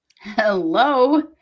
Hello